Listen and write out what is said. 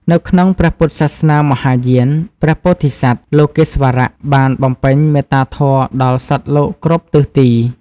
នៅក្នុងព្រះពុទ្ធសាសនាមហាយាន ព្រះពោធិសត្វ លោកេស្វរៈ បានបំពេញមេត្តាធម៌ដល់សត្វលោកគ្រប់ទិសទី។